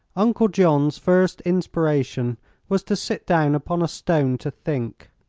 uncle john's first inspiration was to sit down upon a stone to think.